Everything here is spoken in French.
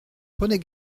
prenez